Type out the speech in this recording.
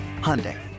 Hyundai